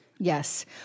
Yes